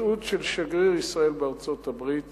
ההתבטאות של שגריר ישראל בארצות-הברית